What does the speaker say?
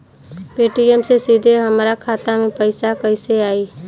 Paytm से सीधे हमरा खाता मे पईसा कइसे आई?